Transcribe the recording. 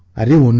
i do and